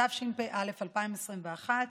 התשפ"א 2021,